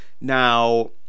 Now